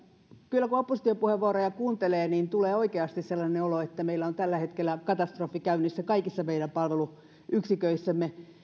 kyllä kun opposition puheenvuoroja kuuntelee tulee oikeasti sellainen olo että meillä on tällä hetkellä katastrofi käynnissä kaikissa meidän palveluyksiköissämme